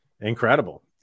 incredible